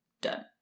done